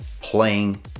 playing